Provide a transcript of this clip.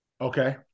Okay